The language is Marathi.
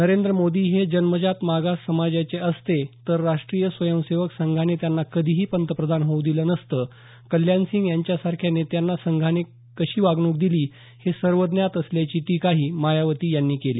नरेंद्र मोदी हे जन्मजात मागास समाजाचे असते तर राष्ट्रीय स्वयंसेवक संघाने त्यांना कधीही पंतप्रधान होऊ दिलं नसतं कल्याणसिंह यांच्यासारख्या नेत्यांना संघाने कशी वागणूक दिली हे सर्वज्ञात असल्याची टीकाही मायावती यांनी केली